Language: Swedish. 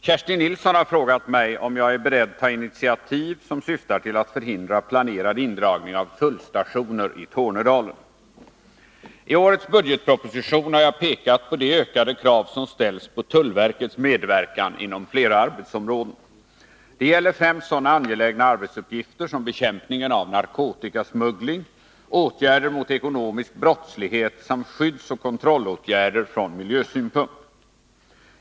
Herr talman! Kerstin Nilsson har frågat mig om jag är beredd ta initiativ som syftar till att förhindra planerad indragning av tullstationer i Tornedalen. I årets budgetproposition har jag pekat på de ökade krav som ställs på tullverkets medverkan inom flera arbetsområden. Det gäller främst sådana angelägna arbetsuppgifter som bekämpningen av narkotikasmuggling, åtgärder mot ekonomisk brottslighet samt skyddsoch kontrollåtgärder från miljösynpunkt.